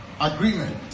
Agreement